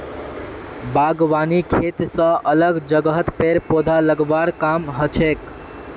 बागवानी खेत स अलग जगहत पेड़ पौधा लगव्वार काम हछेक